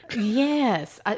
Yes